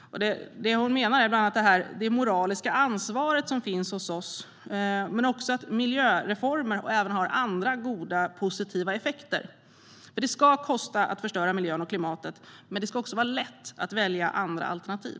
Det hon menar är bland annat det moraliska ansvar som finns hos oss men också att miljöreformer ofta även har andra goda, positiva effekter. Det ska kosta att förstöra miljön och klimatet, men det ska också vara lätt att välja andra alternativ.